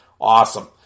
Awesome